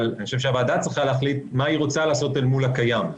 אבל אני חושב שהוועדה צריכה להחליט מה היא רוצה לעשות אל מול הקיים.